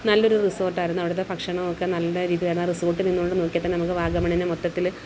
നല്ലൊരു റിസോർട്ട് ആയിരുന്നു അവിടുത്തെ ഭക്ഷണം ഒക്കെ നല്ല രീതിയിലായിരുന്നു ആ റിസോർട്ടിൽ നിന്നുകൊണ്ട് നോക്കിയാൽ തന്നെ വാഗമണ്ണിനെ മൊത്തത്തിൽ